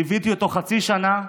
ליוויתי אותו חצי שנה,